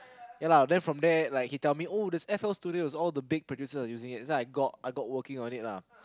ya lah then from there like he tell me oh there's F L studio so all the big producers are using it so I got I got working on it lah